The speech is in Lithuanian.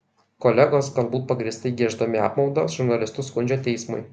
kolegos galbūt pagrįstai gieždami apmaudą žurnalistus skundžia teismui